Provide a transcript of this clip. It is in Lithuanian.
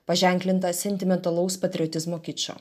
paženklinta sentimentalaus patriotizmo kičo